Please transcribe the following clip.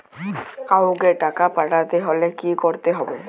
কাওকে টাকা পাঠাতে হলে কি করতে হবে?